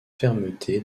fermeté